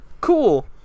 Cool